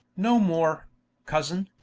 no more cousin